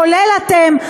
כולל אתם,